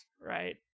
right